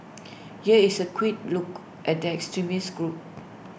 here is A quick look at that extremist group